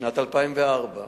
בשנת 2004,